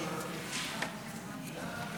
את ההצעה הגישו חברי הכנסת משה טור פז, אברהם